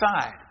side